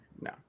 no